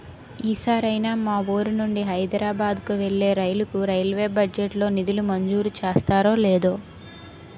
ఈ సారైనా మా వూరు నుండి హైదరబాద్ కు వెళ్ళే రైలుకు రైల్వే బడ్జెట్ లో నిధులు మంజూరు చేస్తారో లేదో